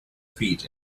feet